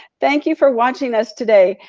thank you for watching us today.